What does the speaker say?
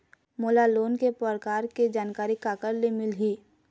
मोला लोन के प्रकार के जानकारी काकर ले मिल ही?